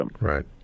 Right